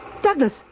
Douglas